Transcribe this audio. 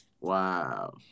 Wow